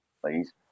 please